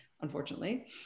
unfortunately